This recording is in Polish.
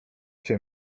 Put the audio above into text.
cię